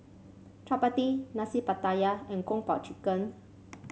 chappati Nasi Pattaya and Kung Po Chicken